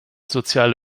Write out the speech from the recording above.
soziale